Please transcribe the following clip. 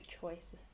choice